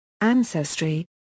ancestry